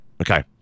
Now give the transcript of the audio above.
Okay